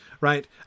right